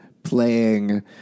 playing